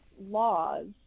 laws